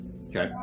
Okay